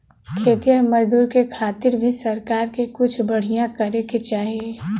खेतिहर मजदूर के खातिर भी सरकार के कुछ बढ़िया करे के चाही